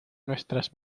nuestras